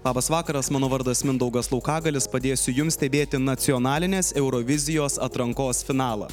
labas vakaras mano vardas mindaugas laukagalis padėsiu jums stebėti nacionalinės eurovizijos atrankos finalą